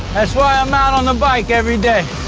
that's why i'm out on the bike every day.